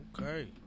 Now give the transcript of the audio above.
okay